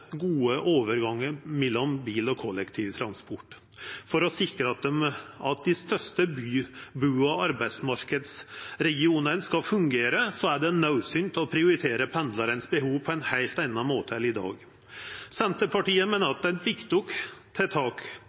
dei største bu- og arbeidsmarknadsregionane skal fungera, er det naudsynt å prioritera behova til pendlarane på ein heilt annan måte enn i dag. Senterpartiet meiner at det er eit viktig tiltak